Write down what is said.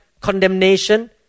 condemnation